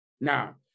Now